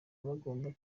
bagomba